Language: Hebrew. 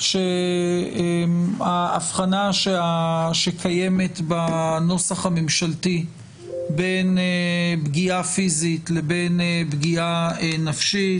ההבחנה שקיימת בנוסח הממשלתי בין פגיעה פיזית לבין פגיעה נפשית,